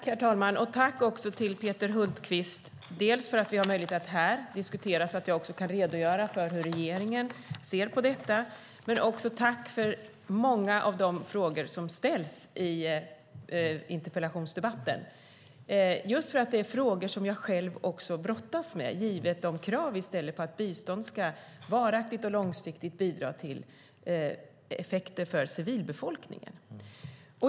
Herr talman! Tack, Peter Hultqvist, för att vi här har möjlighet att diskutera så att jag också kan redogöra för hur regeringen ser på detta och tack för många av de frågor som ställs i interpellationsdebatten! Det är frågor som jag själv också brottas med, givet de krav vi ställer på att bistånd varaktigt och långsiktigt ska bidra till effekter för civilbefolkningen.